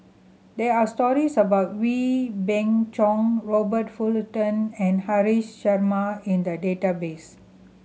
there are stories about Wee Beng Chong Robert Fullerton and Haresh Sharma in the database